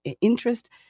interest